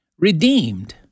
redeemed